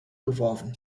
geworfen